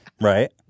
Right